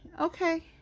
okay